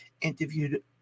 interviewed